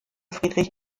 friedrich